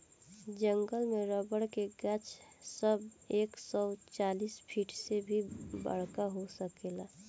जंगल में रबर के गाछ सब एक सौ चालीस फिट से भी बड़का हो सकेला